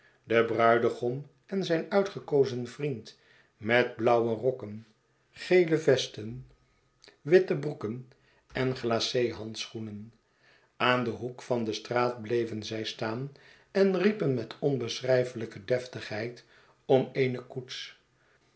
de bruidegom en zijn uitgekozen vriend met blauwe rokken gele vesten witte broeken en glace handschoenen aan den hoek van de straat bleven zij staan en riepen met onbeschrijfelijke deftigheid om eene koets